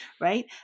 Right